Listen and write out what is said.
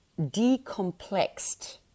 ...decomplexed